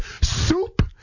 Soup